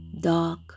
dark